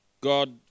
God